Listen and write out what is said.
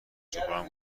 جبران